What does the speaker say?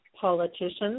politicians